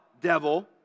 devil